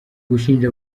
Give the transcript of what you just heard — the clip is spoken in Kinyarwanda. gushinja